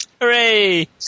Hooray